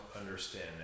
understand